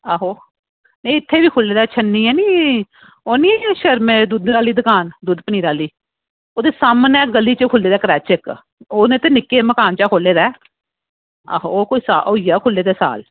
ओह् इत्थें गै खुल्लदा छन्नी ऐ नी ओह् निं ऐ शर्मा दी दुद्धै आह्ली दुकान दुद्ध पनीर आह्ली ते सामनै गली च खुल्ले दा क्रच इक्क ओह् ते उ'नें निक्के मकान च खोल्ले दा ऐ आहो कुसै होई गेआ खुल्लै दे साल